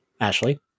Ashley